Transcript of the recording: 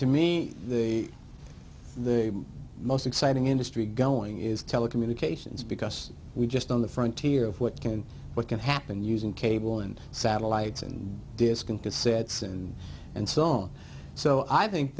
me the most exciting industry going is telecommunications because we just on the frontier of what can what can happen using cable and satellite and disk into sets and and so on so i think